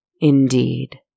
Indeed